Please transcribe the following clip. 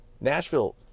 Nashville